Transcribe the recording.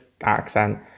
accent